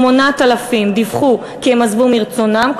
8,000 דיווחו כי הן עזבו מרצונן,